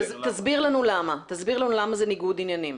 תסביר לנו למה זה ניגוד עניינים.